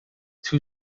two